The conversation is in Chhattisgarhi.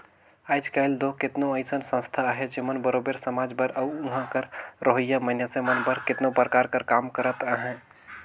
आएज काएल दो केतनो अइसन संस्था अहें जेमन बरोबेर समाज बर अउ उहां कर रहोइया मइनसे मन बर केतनो परकार कर काम करत अहें